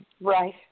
Right